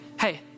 hey